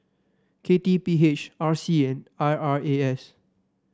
K T P H R C and I R A S